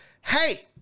hey